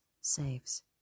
saves